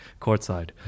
courtside